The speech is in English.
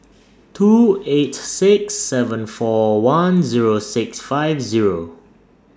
two eight six seven four one Zero six five Zero